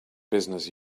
business